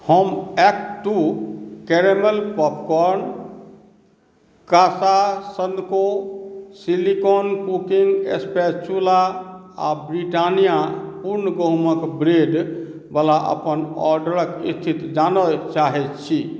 हम act two caramel popcorn कासासनको silicone cooking spatula आ ब्रिटानिया पूर्ण गहूँमक ब्रेडवला अपन ऑर्डरक स्थिति जानय चाहैत छी